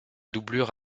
doublure